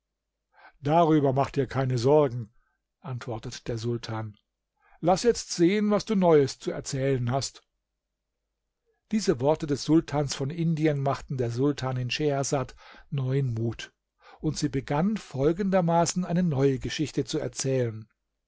darüber mach dir keine sorgen antwortet der sultan laß jetzt sehen was du neues zu erzählen hast diese worte des sultans von indien machten der sultanin schehersad neuen mut und sie begann folgendermaßen eine neue geschichte zu erzählen